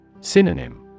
Synonym